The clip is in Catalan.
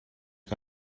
que